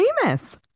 Famous